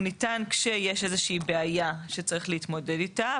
הוא ניתן כשיש איזושהי בעיה שצריך להתמודד איתה,